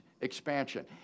expansion